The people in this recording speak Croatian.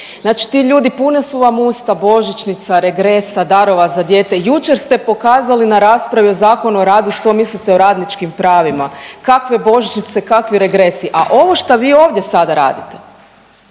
Znači ti ljudi puna su vam usta božićnica, regresa, darova za dijete. Jučer ste pokazali na raspravi o Zakonu o radu što mislite o radničkim pravima, kakve božićnice, kakvi regresi, a ovo što vi ovdje sada radite